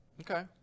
Okay